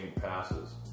passes